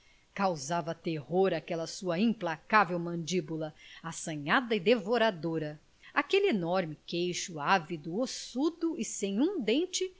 causava terror aquela sua implacável mandíbula assanhada e devoradora aquele enorme queixo ávido ossudo e sem um dente